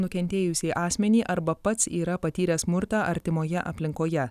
nukentėjusį asmenį arba pats yra patyręs smurtą artimoje aplinkoje